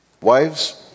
Wives